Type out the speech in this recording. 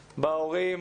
בהורים,